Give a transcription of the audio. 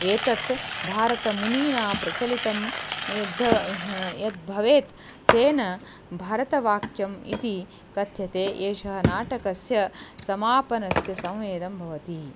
एतत् भरतमुनिना प्रचलितं यद् यद्भवेत् तेन भरतवाक्यम् इति कथ्यते एषः नाटकस्य समापनस्य सम्वेदः भवति